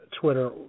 Twitter